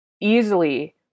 easily